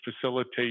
facilitate